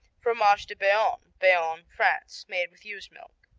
fromage de bayonne bayonne, france made with ewe's milk.